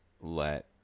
let